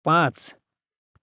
पाँच